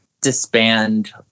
disband